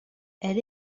elle